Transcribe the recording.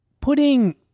putting